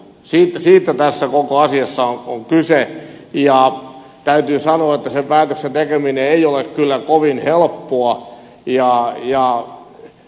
siitä tässä koko asiassa on kyse ja täytyy sanoa että sen päätöksen tekeminen ei ole kyllä kovin helppoa